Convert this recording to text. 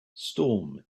storm